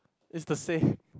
is the same